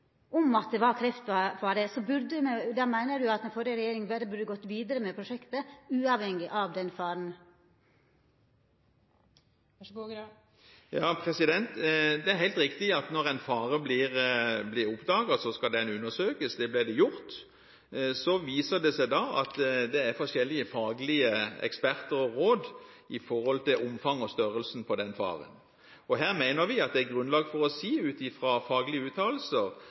om at det var kreftfare, meiner du at den førre regjeringa berre burde ha gått vidare med prosjektet, uavhengig av den faren? Det er helt riktig at når en fare blir oppdaget, skal den undersøkes. Det ble gjort. Så viser det seg at det er forskjellige faglige eksperter og råd med hensyn til omfanget av og størrelsen på den faren. Her mener vi at det er grunnlag for å si ut fra faglige uttalelser